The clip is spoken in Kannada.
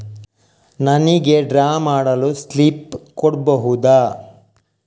ನನಿಗೆ ಡ್ರಾ ಮಾಡಲು ಸ್ಲಿಪ್ ಕೊಡ್ಬಹುದಾ?